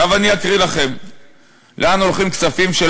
עכשיו אני אקריא לכם לאן הולכים כספים של